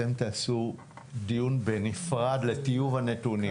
שאתם תעשו דיון בנפרד לטיוב הנתונים.